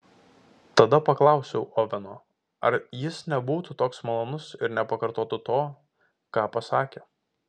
tada paklausiau oveno ar jis nebūtų toks malonus ir nepakartotų to ką pasakė